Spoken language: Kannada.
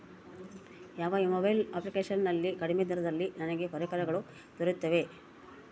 ಯಾವ ಮೊಬೈಲ್ ಅಪ್ಲಿಕೇಶನ್ ನಲ್ಲಿ ಕಡಿಮೆ ದರದಲ್ಲಿ ನನಗೆ ಪರಿಕರಗಳು ದೊರೆಯುತ್ತವೆ?